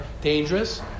dangerous